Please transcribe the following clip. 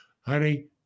honey